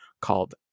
called